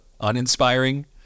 uninspiring